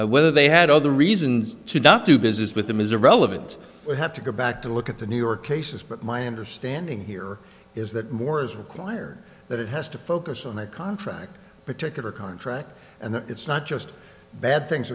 whether they had other reasons to dock do business with them is irrelevant we have to go back to look at the new york cases but my understanding here is that more is required that it has to focus on a contract particular contract and it's not just bad things